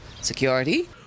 security